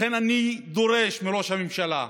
לכן אני דורש מראש הממשלה,